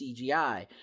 CGI